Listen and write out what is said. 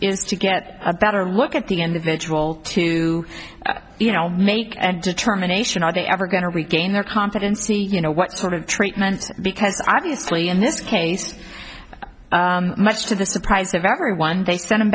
is to get a better look at the individual to you know make and determination are they ever going to regain their competency you know what sort of treatment because obviously in this case much to the surprise of everyone they sen